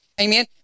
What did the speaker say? Amen